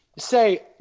say